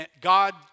God